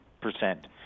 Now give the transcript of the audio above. percent